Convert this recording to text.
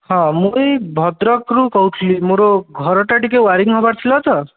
ହଁ ମୁଁ ଏଇ ଭଦ୍ରକରୁ କହୁଥିଲି ମୋର ଘରଟା ଟିକିଏ ୱାରିଙ୍ଗ୍ ହେବାର ଥିଲା ତ